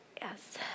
Yes